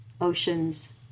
oceans